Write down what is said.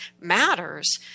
matters